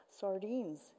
Sardines